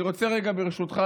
ברשותך,